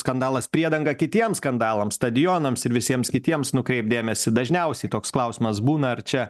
skandalas priedanga kitiems skandalams stadionams ir visiems kitiems nukreipt dėmesį dažniausiai toks klausimas būna ar čia